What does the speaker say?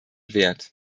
wert